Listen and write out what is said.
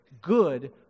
good